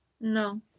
No